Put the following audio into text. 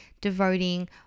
devoting